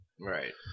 right